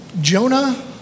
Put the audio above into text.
Jonah